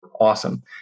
Awesome